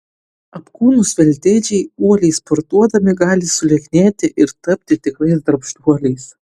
apkūnūs veltėdžiai uoliai sportuodami gali sulieknėti ir tapti tikrais darbštuoliais